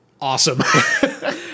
awesome